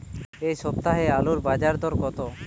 এ সপ্তাহে আলুর বাজার দর কত?